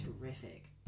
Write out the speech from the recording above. terrific